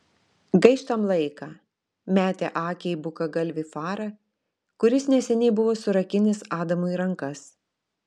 gaištam laiką metė akį į bukagalvį farą kuris neseniai buvo surakinęs adamui rankas